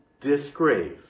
disgrace